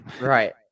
Right